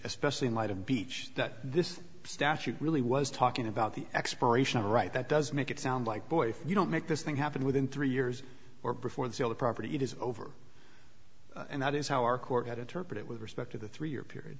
especially in light of beach that this statute really was talking about the expiration of a right that does make it sound like boy if you don't make this thing happen within three years or before the sale of property it is over and that is how our court had interpret it with respect to the three year period